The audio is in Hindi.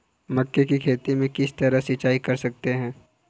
मक्के की खेती में किस तरह सिंचाई कर सकते हैं?